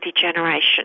degeneration